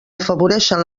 afavoreixen